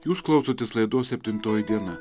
jūs klausotės laidos septintoji diena